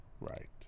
right